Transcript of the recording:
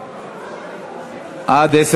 הוצאות כספיות בגין עריכת נישואין